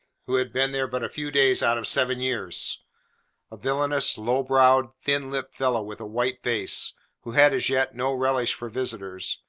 who had been there but a few days out of seven years a villainous, low-browed, thin-lipped fellow, with a white face who had as yet no relish for visitors,